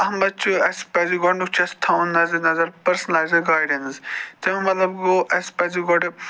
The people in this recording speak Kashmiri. اَتھ مَنٛز چھُ اَسہِ پَزِ گۄڈنیُک چھُ اَسہِ تھاوُن نظرِ نَظَر گاڑٮ۪ن ہٕنٛز تَمیُک مَطلَب گوٚو اسہِ پَزِ گۄڈٕ